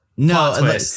No